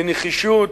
בנחישות,